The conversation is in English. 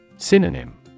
Synonym